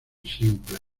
simples